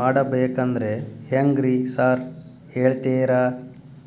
ಮಾಡಬೇಕಂದ್ರೆ ಹೆಂಗ್ರಿ ಸಾರ್ ಹೇಳ್ತೇರಾ?